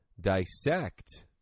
dissect